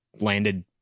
landed